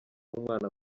umwana